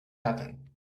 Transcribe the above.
happen